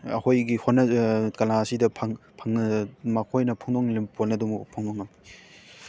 ꯑꯩꯈꯣꯏꯒꯤ ꯀꯂꯥꯁꯤꯗ ꯃꯈꯣꯏꯅ ꯐꯣꯡꯗꯣꯛꯅꯤꯡꯉꯤꯕ ꯄꯣꯠ ꯑꯗꯨꯕꯨ ꯐꯣꯡꯕ ꯉꯝꯃꯤ